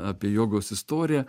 apie jogos istoriją